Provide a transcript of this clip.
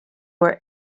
where